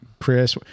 Chris